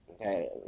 okay